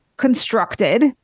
Constructed